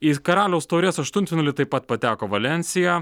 į karaliaus taurės aštuntfinalį taip pat pateko valensija